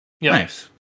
Nice